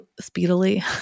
speedily